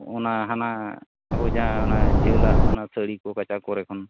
ᱚᱱᱟ ᱦᱟᱱᱟ ᱟᱵᱚ ᱡᱟᱦᱟᱸ ᱡᱷᱟᱹᱞᱟᱜ ᱚᱱᱟ ᱥᱟᱹᱲᱤ ᱠᱚ ᱠᱟᱪᱷᱟ ᱠᱚᱨᱮ ᱠᱷᱚᱱ